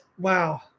wow